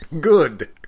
Good